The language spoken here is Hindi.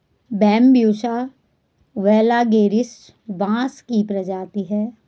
बैम्ब्यूसा वैलगेरिस बाँस की प्रजाति है